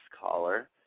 caller